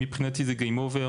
מבחינתי זה Game Over.